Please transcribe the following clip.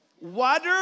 Water